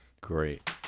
great